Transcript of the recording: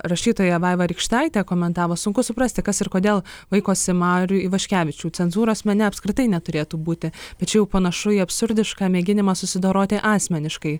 rašytoja vaiva rykštaitė komentavo sunku suprasti kas ir kodėl vaikosi marių ivaškevičium cenzūros mene apskritai neturėtų būti tačiau panašu į absurdišką mėginimą susidoroti asmeniškai